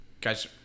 guys